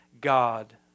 God